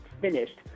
finished